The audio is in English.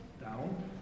down